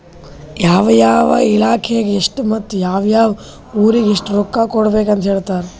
ಯಾವ ಯಾವ ಇಲಾಖೆಗ ಎಷ್ಟ ಮತ್ತ ಯಾವ್ ಯಾವ್ ಊರಿಗ್ ಎಷ್ಟ ರೊಕ್ಕಾ ಕೊಡ್ಬೇಕ್ ಅಂತ್ ಹೇಳ್ತಾರ್